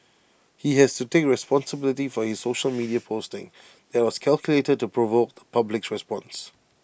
he has to take responsibility for his social media posting that was calculated to provoke the public's response